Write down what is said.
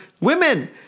Women